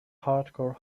hardcore